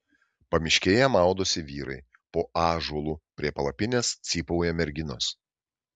pamiškėje maudosi vyrai po ąžuolu prie palapinės cypauja merginos